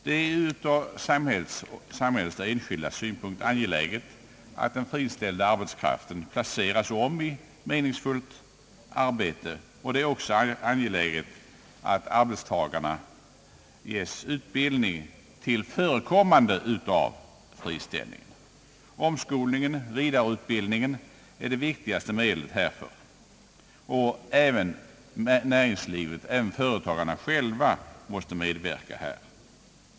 Det är ur samhällets och de enskildas synpunkt angeläget att den friställda arbetskraften placeras om i meningsfullt arbete. Det är också angeläget att arbetstagarna ges utbildning till förekommande av friställning. Omskolningen och vidareutbildningen är de viktigaste medlen härför, och även näringslivet, företagarna själva, måste medverka här.